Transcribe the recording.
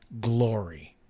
glory